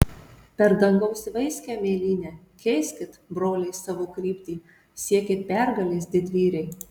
per dangaus vaiskią mėlynę keiskit broliai savo kryptį siekit pergalės didvyriai